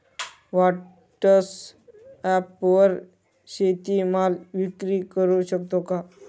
व्हॉटसॲपवर शेती माल विक्री करु शकतो का?